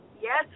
Yes